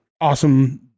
awesome